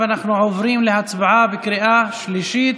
ואנחנו עוברים להצבעה בקריאה השלישית